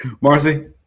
Marcy